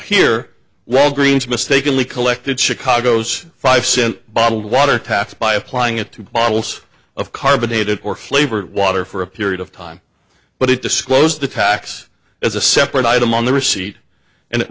here walgreens mistakenly collected chicago's five cent bottled water tax by applying it to bottles of carbonated or flavored water for a period of time but it disclosed the tax as a separate item on the receipt and